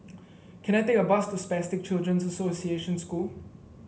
can I take a bus to Spastic Children's Association School